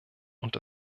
und